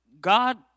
God